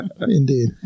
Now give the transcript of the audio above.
Indeed